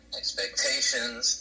expectations